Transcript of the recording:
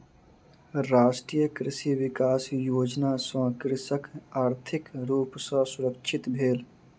राष्ट्रीय कृषि विकास योजना सॅ कृषक आर्थिक रूप सॅ सुरक्षित भेल